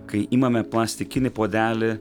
kai imame plastikinį puodelį